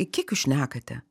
kiek jūs šnekate